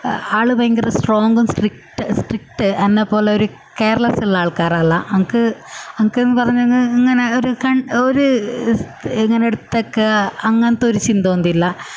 ആൾ ഭയങ്കര ആൾ സ്ട്രോങും സ്ട്രിക്റ്റും സ്ട്രിക്റ്റ് എന്നെപ്പോലെ ഒരു കെയർലെസ് ഉള്ള ആൾക്കാർ അല്ല ആനക്ക് ആനക്കെന്ന് പറഞ്ഞ് കഴിഞ്ഞാൽ അങ്ങനെ ഒരു കൺ ഒരു ഇങ്ങനെ എടുത്തൊക്കെ അങ്ങനെത്തെയൊരു ചിന്ത ഒന്നും ഇല്ല